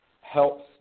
helps